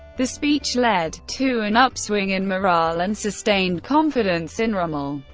the speech led to an upswing in morale and sustained confidence in rommel.